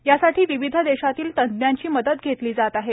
यासाठी विविध देशातील तज्जांची मदत घेतली जात आहे